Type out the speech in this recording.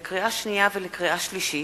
ולאחר מכן נמשיך